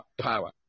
power